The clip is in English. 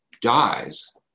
dies